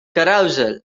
carousel